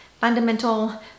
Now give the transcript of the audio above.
fundamental